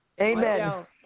Amen